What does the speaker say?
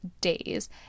days